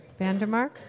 Vandermark